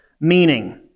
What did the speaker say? meaning